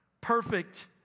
Perfect